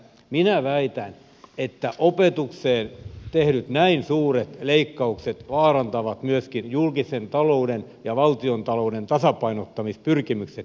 minä väitän että opetukseen tehdyt näin suuret leikkaukset vaarantavat myöskin julkisen talouden ja valtiontalouden tasapainottamispyrkimykset pitkällä aikavälillä